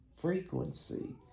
frequency